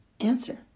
Answer